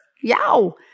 Yow